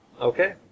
Okay